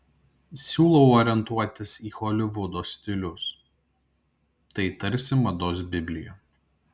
siūlau orientuotis į holivudo stilius tai tarsi mados biblija